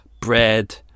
bread